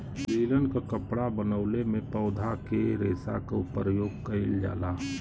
linen क कपड़ा बनवले में पौधा के रेशा क परयोग कइल जाला